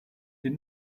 did